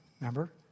Remember